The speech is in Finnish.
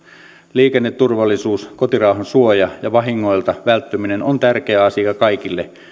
liikenneturvallisuus kotirauhan suoja ja vahingoilta välttyminen ovat tärkeitä asioita kaikille